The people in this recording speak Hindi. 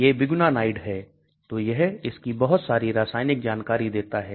यह biguanide है तो यह इसकी बहुत सारी रासायनिक जानकारी देता है